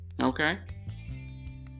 okay